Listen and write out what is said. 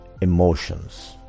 emotions